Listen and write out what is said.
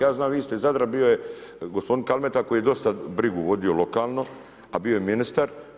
Ja znam vi ste iz Zadra, bio je gospodin Kalmeta koji je dosta brigu vodio lokalno a bio je ministar.